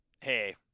hey